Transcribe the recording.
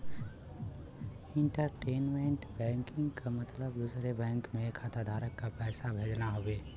internet banking क मतलब दूसरे बैंक में खाताधारक क पैसा भेजना हउवे